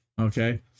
Okay